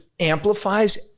Amplifies